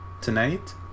tonight